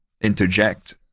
interject